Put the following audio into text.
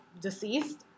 deceased